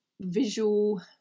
visual